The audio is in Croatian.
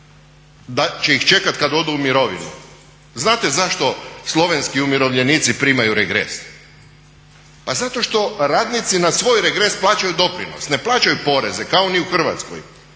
da će ih čekati kada dođu u mirovinu. Znate zašto slovenski umirovljenici primaju regres? Pa zato što radnici na svoj regres plaćaju doprinos, ne plaćaju poreze kao ni u Hrvatskoj,